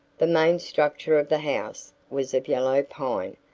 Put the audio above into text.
the main structure of the house was of yellow pine,